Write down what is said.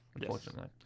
unfortunately